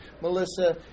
Melissa